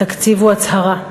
תקציב הוא הצהרה.